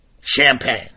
Champagne